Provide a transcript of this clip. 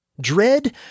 Dread